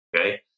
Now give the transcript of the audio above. okay